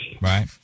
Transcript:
Right